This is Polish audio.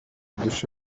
gdyż